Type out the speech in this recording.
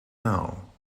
now